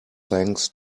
thanks